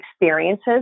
experiences